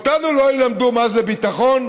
אותנו לא ילמדו מה זה ביטחון.